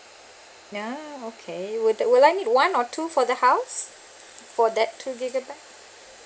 ya okay would would I need one or two for the house for that two gigabytes